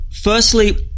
firstly